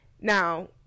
Now